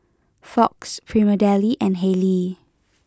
Fox Prima Deli and Haylee